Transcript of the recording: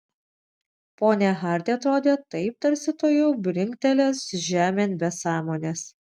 ponia hardi atrodė taip tarsi tuojau brinktelės žemėn be sąmonės